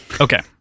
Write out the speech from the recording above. Okay